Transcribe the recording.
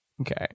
Okay